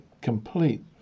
complete